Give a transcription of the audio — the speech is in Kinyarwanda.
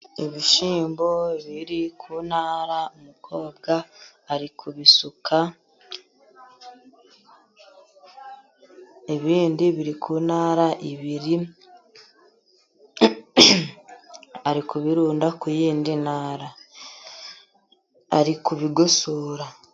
Ibishyimbo biri ku ntara, umukobwa ari kubisuka. Ibindi biri ku ntara ebyiri, ari kubirunda ku yindi ntara, ari kubigosora.